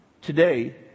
Today